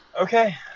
Okay